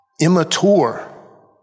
immature